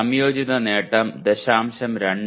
സംയോജിത നേട്ടം 0